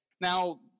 Now